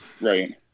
Right